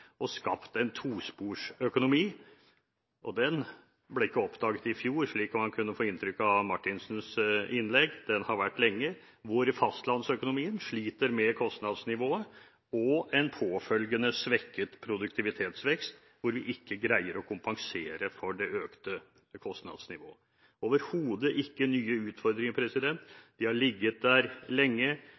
og skapt en tosporsøkonomi. Og denne ble ikke oppdaget i fjor, slik man kunne få inntrykk av av Marthinsens innlegg. Den har vært der lenge – hvor fastlandsøkonomien sliter med kostnadsnivået og en påfølgende svekket produktivitetsvekst, og hvor vi ikke greier å kompensere for det økte kostnadsnivået. Det er overhodet ikke nye utfordringer, de har ligget der lenge.